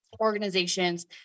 organizations